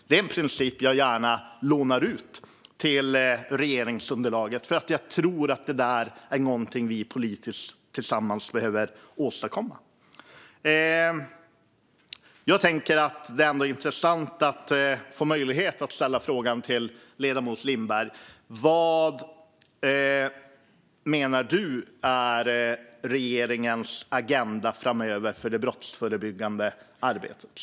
Det är en princip jag gärna lånar ut till regeringsunderlaget, för jag tror att det är något som vi politiker behöver åstadkomma tillsammans. Jag tycker att det är intressant att få möjlighet att ställa frågan till ledamoten Lindberg vad hon menar är regeringens agenda framöver för det brottsförebyggande arbetet.